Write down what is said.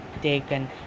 taken